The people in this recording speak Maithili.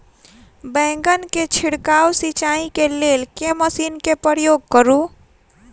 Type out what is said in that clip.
बैंगन केँ छिड़काव सिचाई केँ लेल केँ मशीन केँ प्रयोग करू?